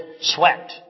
sweat